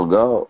go